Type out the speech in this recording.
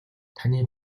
таны